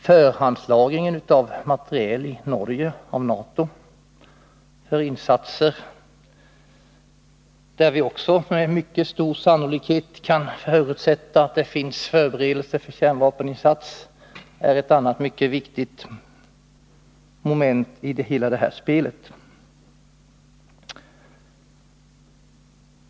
Förhandslagringen av NATO-materiel i Norge — och vi kan med mycket stor sannolikhet förutsätta att därvid också görs förberedelser för kärnvapeninsats — är ett annat mycket viktigt moment i hela detta spel.